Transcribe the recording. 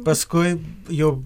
paskui jau